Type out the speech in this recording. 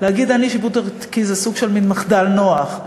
להגיד "אין לי שיפוט ערכי" זה סוג של מין מחדל נוח.